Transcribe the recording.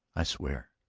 i swear